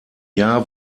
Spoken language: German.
jahr